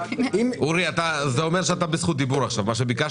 אורי, אתה בזכות דיבור, תמשיך.